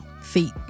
feet